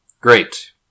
Great